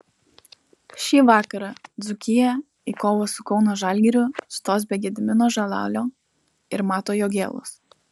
šį vakarą dzūkija į kovą su kauno žalgiriu stos be gedimino žalalio ir mato jogėlos